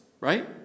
Right